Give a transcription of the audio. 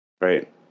Right